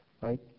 right